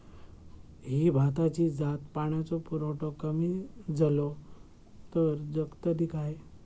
ही भाताची जात पाण्याचो पुरवठो कमी जलो तर जगतली काय?